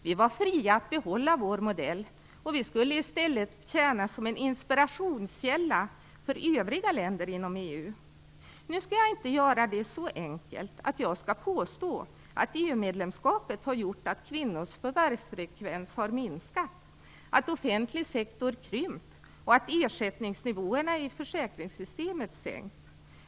Vi var fria att behålla vår modell, och vi skulle i stället tjäna som en inspirationskälla för övriga länder inom EU. Nu skall jag inte göra det så enkelt att jag skall påstå att EU-medlemskapet har gjort att kvinnors förvärvsfrekvens har sjunkit, att offentlig sektor krympt och att ersättningsnivåerna i försäkringssystemet sänkts.